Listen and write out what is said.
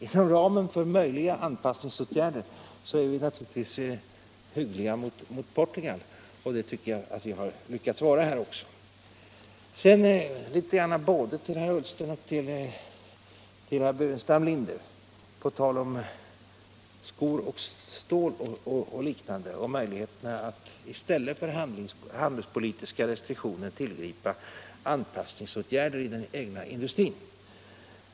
Inom ramen för möjliga anpassningsåtgärder vill vi naturligtvis vara hyggliga mot Portugal, och det tycker jag att vi har lyckats vara. Sedan vill jag vända mig både till herr Ullsten och herr Burenstam Linder när det gäller frågan om stål och skor och möjligheterna att i stället för handelspolitiska restriktioner tillgripa anpassningsåtgärder i den egna industrin.